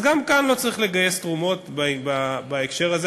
אז גם כאן לא צריך לגיס תרומות בהקשר הזה.